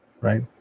right